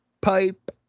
pipe